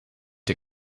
der